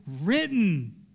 written